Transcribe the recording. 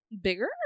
Bigger